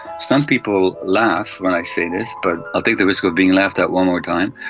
some people laugh when i say this but i'll take the risk of being laughed at one more time.